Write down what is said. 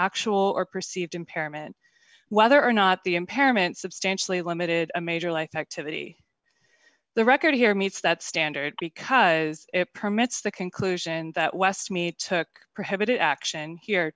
actual or perceived impairment whether or not the impairment substantially limited a major life activity the record here meets that standard because it permits the conclusion that westmead took prohibited action here